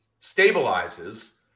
stabilizes